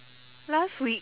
last week